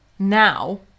Now